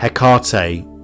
Hecate